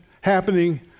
happening